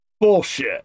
Bullshit